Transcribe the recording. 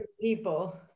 people